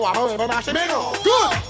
Good